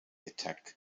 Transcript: attack